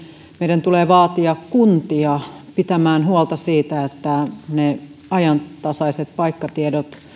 meidän tulee vaatia kuntia pitämään huolta siitä että ajantasaiset paikkatiedot